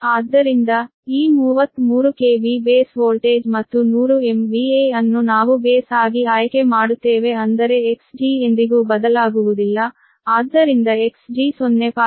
ಆದ್ದರಿಂದ ಈ 33 KV base voltage ಮತ್ತು 100 MVA ಅನ್ನು ನಾವು ಬೇಸ್ ಆಗಿ ಆಯ್ಕೆ ಮಾಡುತ್ತೇವೆ ಅಂದರೆ Xg ಎಂದಿಗೂ ಬದಲಾಗುವುದಿಲ್ಲ ಆದ್ದರಿಂದ Xg 0